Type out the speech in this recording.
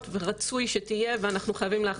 ורצוי שתהיה ואנחנו חייבים להכניס את זה,